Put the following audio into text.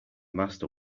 master